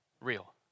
real